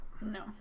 No